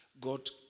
God